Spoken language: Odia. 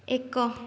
ଏକ